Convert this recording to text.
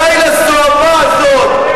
די לזוהמה הזאת.